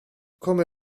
come